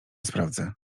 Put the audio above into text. sprawdzę